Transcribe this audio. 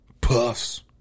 Puffs